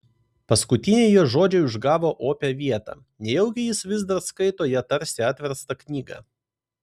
paskutiniai jo žodžiai užgavo opią vietą nejaugi jis vis dar skaito ją tarsi atverstą knygą